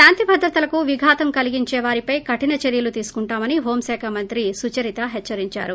శాంతి భద్రతలకు విఘాతం కలిగించేవారిపై కఠిన చర్యలు తీసుకుంటామని హోం శాఖ మంత్రి సుచరిత హెచ్చరించారు